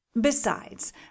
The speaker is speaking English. Besides